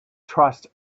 trust